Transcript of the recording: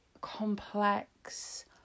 complex